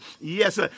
Yes